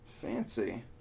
fancy